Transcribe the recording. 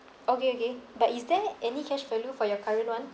okay okay but is there any cash value for your current one